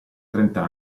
trenta